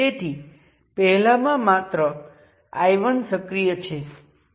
તેથી હું શું કરીશ પહેલા મને કરંટ અને વોલ્ટેજને બહારથી જોયા મુજબ ડિફાઇન કરવા દો 1 1 પ્રાઇમ